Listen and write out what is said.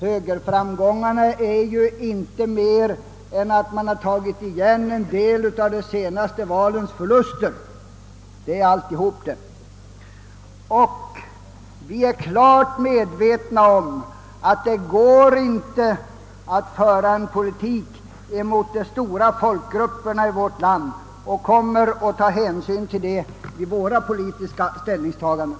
Högerframgångarna är i alla fall inte större än att man i år endast tagit igen en del av de senaste valens förluster — det är alltihop. Vi är för vår del klart medvetna om att det inte går att föra en politik, som strider mot uppfattningen inom de stora folkgrupperna i vårt land, och vi kommer att ta hänsyn till detta vid våra politiska ställningstaganden.